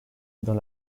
dans